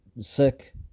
sick